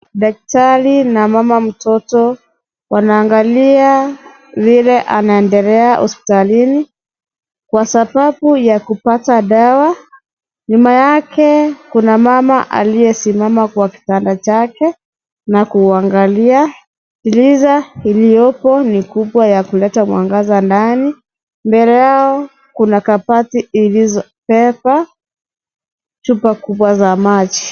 Daktari na mama mtoto wanaangalia vile anaendelea hospitalini kwa sababu ya kupata dawa. Nyuma yake kuna mama aliyesimama kwa kitanda chake na kuangalia giza iliyopo ni kubwa ya kuleta mwangaza ndani. Mbele yao kuna kabati ilizobeba chupa kubwa za maji.